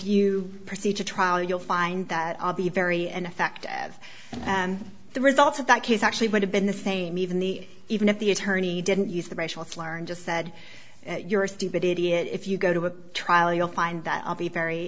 you proceed to trial you'll find that i'll be very and effect of the results of that case actually would have been the same even the even if the attorney didn't use the racial slur and just said you're a stupid idiot if you go to a trial you'll find that i'll be very